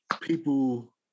people